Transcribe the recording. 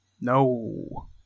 no